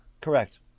Correct